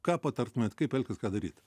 ką patartumėt kaip elgtis ką daryt